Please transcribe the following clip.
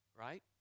right